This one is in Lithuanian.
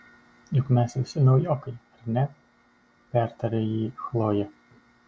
juk mes visi naujokai ar ne pertarė jį chlojė